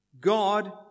God